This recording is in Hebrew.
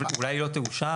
ואולי היא לא תאושר,